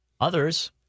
others